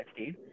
16